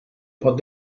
pot